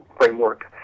framework